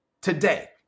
today